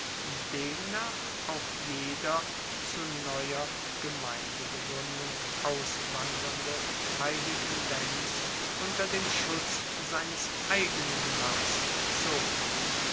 demnach auch jeder zu neuer gemeindebegruendung auswandernde heilige lenz unter dem schutz seines eigenen mars zog